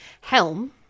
Helm